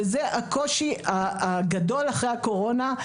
וזה הקושי הגדול אחרי הקורונה,